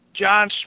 John